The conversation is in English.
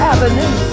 Avenue